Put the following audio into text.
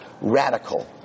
radical